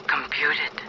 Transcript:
Computed